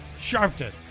Sharpton